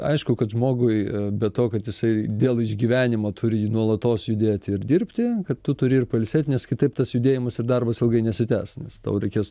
aišku kad žmogui be to kad jisai dėl išgyvenimo turi nuolatos judėti ir dirbti kad tu turi ir pailsėt nes kitaip tas judėjimas ir darbas ilgai nesitęs nes tau reikės